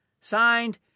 Signed